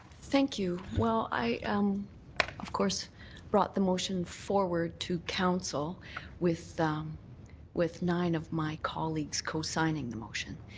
thank you. well, i um of course brought the motion forward to council with um with nine of my colleagues cosigning the motion.